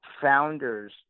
founders